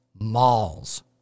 malls